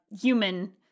human